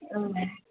औ